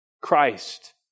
Christ